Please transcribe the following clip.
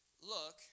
look